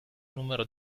numero